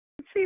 See